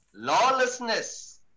Lawlessness